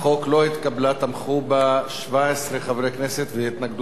תמכו בה 17 חברי כנסת והתנגדו לה 29,